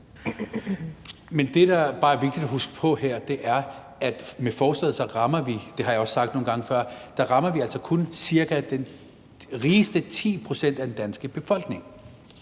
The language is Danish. Men det, der bare er vigtigt at huske på her, er, at med forslaget rammer vi, og det har jeg også sagt nogle gange før, altså cirka kun de rigeste 10 pct. af den danske befolkning.